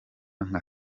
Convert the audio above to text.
nka